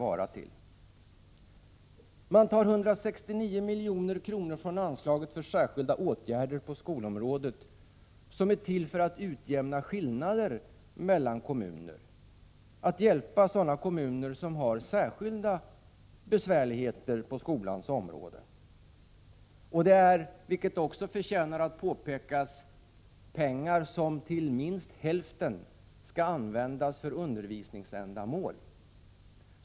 Man tar 169 milj.kr. från anslaget för särskilda åtgärder på skolområdet som är till för att utjämna skillnader mellan kommuner och för att hjälpa sådana kommuner som har särskilda besvärligheter på skolans område. Och det är, vilket också förtjänar att påpekas, pengar som till minst hälften skall användas för undervisningsändamål.